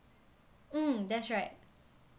mm that's right